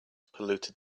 polluted